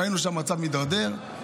ראינו שהמצב מידרדר,